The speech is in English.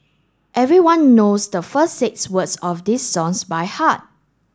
everyone knows the first six words of this songs by heart